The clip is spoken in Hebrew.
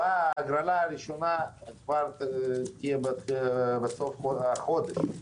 ההגרלה הראשונה תהיה כבר בסוף החודש,